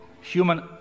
Human